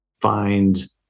find